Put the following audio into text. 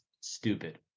stupid